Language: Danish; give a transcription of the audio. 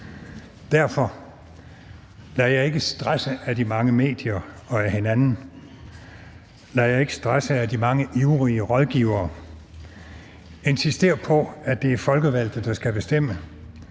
Derfor: Lad jer ikke stresse af de mange medier og af hinanden; lad jer ikke stresse af de mange ivrige rådgivere. Insister på, at det er folkevalgte, der skal bestemme;